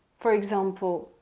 for example,